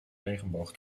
regenboog